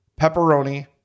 pepperoni